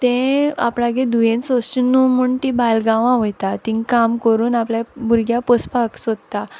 तें आपणागे धुवेन सोंसचें न्हू म्हूण ती भायल गांवां वोयता तींग काम कोरून आपल्यागे भुरग्याक पोसपा सोदता